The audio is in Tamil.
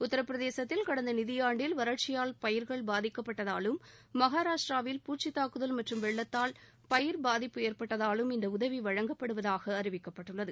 உத்தரபிரதேசத்தில் கடந்த நிதியாண்டில் வறட்சியால் பயிர்கள் பாதிக்கப்பட்டதாலும் மகாராஷ்டிராவில் பூச்சித் தாக்குதல் மற்றும் வெள்ளத்தால் பயிர் பாதிப்பு ஏற்பட்டதாலும் இந்த உதவி வழங்கப்படுவதாக அறிவிக்கப்பட்டுள்ளது